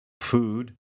food